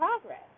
progress